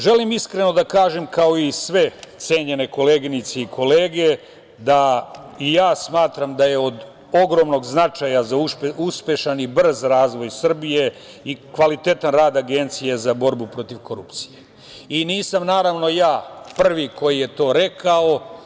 Želim iskreno da kažem, kao i sve cenjene koleginice i kolege da i ja smatram da je od ogromnog značaja za uspešan i brz razvoj Srbije i kvalitetan rad Agencije za borbu protiv korupcije i nisam naravno ja prvi koji je to rekao.